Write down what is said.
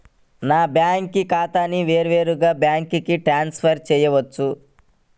నా బ్యాంక్ ఖాతాని వేరొక బ్యాంక్కి ట్రాన్స్ఫర్ చేయొచ్చా?